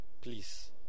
Please